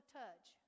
touch